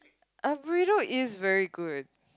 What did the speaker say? a burrito is very good